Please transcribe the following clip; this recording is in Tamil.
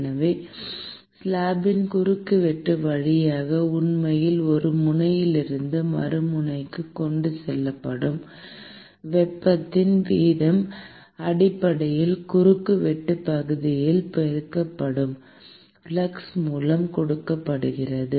எனவே ஸ்லாப்பின் குறுக்குவெட்டு வழியாக உண்மையில் ஒரு முனையிலிருந்து மறுமுனைக்கு கொண்டுசெல்லப்படும் வெப்பத்தின் வீதம் அடிப்படையில் குறுக்குவெட்டுப் பகுதியால் பெருக்கப்படும் ஃப்ளக்ஸ் மூலம் கொடுக்கப்படுகிறது